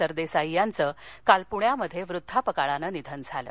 सरदेसाई याचं काल पूण्यात वृद्धापकाळानं निधन झालं